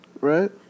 right